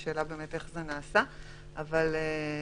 בנוסף,